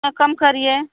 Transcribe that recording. न कम करिए